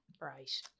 Right